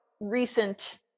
recent